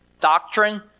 doctrine